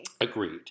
Agreed